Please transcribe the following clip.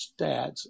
stats